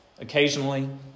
Occasionally